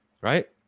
right